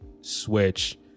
switch